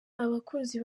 abakunzi